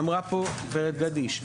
אמרה פה גב' גדיש,